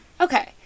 Okay